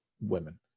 women